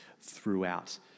throughout